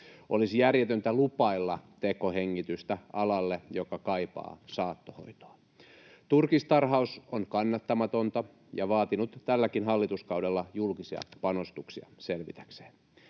Olisi järjetöntä lupailla tekohengitystä alalle, joka kaipaa saattohoitoa. Turkistarhaus on kannattamatonta ja vaatinut tälläkin hallituskaudella julkisia panostuksia selvitäkseen.